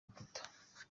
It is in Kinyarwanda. rukuta